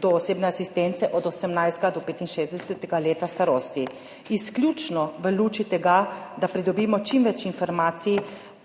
do osebne asistence od 18. do 65. leta starosti, izključno v luči tega, da pridobimo čim več informacij